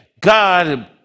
God